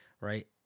right